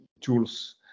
tools